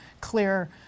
clear